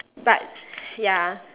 but ya